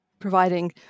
providing